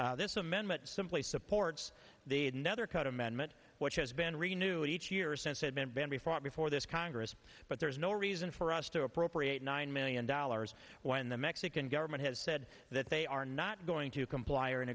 this amendment simply supports the another cut amendment which has been renewed each year since have been been before before this congress but there's no reason for us to appropriate nine million dollars when the mexican government has said that they are not going to comply or